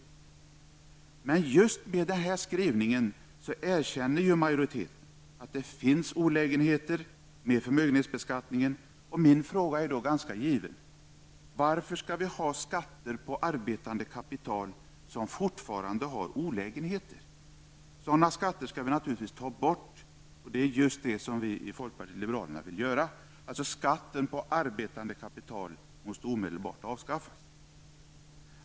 Men just med denna skrivning erkänner ju majoriteten att det finns olägenheter med förmögenhetsbeskattningen, och min fråga är då ganska given. Varför skall vi ha skatter på arbetande kapital som fortfarande har olägenheter? Sådana skatter skall vi givetvis ta bort, och det är just det vi i folkpartiet liberalerna vill göra. Skatten på arbertande kapital måste omedelbart avskaffas.